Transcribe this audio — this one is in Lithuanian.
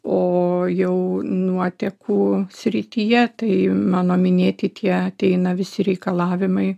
o jau nuotekų srityje tai mano minėti tie ateina visi reikalavimai